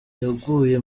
yaguye